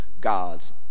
God's